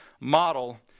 model